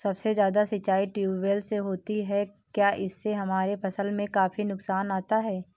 सबसे ज्यादा सिंचाई ट्यूबवेल से होती है क्या इससे हमारे फसल में काफी नुकसान आता है?